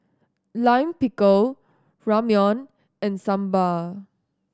Lime Pickle Ramyeon and Sambar